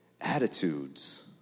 attitudes